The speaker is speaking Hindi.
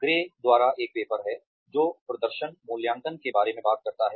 ग्रे द्वारा एक पेपर है जो प्रदर्शन मूल्यांकन के बारे में बात करता है